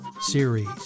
series